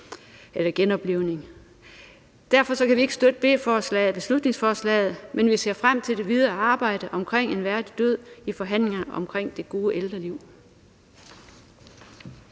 Derfor kan vi ikke støtte beslutningsforslaget, men vi ser frem til det videre arbejde med spørgsmålet om en værdig død i forhandlingerne vedrørende det gode ældreliv.